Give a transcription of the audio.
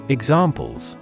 Examples